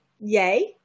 Yay